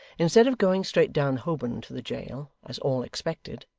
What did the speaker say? instead of going straight down holborn to the jail, as all expected,